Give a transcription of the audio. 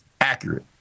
accurate